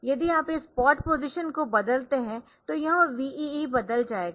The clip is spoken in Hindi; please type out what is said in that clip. यदि आप इस POT पोज़िशन को बदलते है तो यह VEE बदल जाएगा